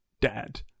dad